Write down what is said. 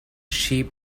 sheep